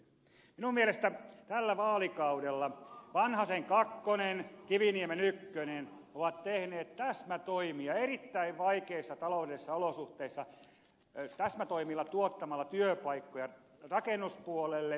minun mielestäni tällä vaalikaudella vanhasen kakkonen ja kiviniemen ykkönen ovat tehneet täsmätoimia erittäin vaikeissa taloudellisissa olosuhteissa tuottamalla työpaikkoja rakennuspuolelle ja infrapuolelle